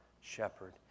shepherd